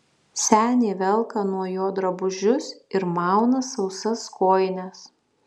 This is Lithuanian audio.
senė velka nuo jo drabužius ir mauna sausas kojines